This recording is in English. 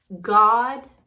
God